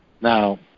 Now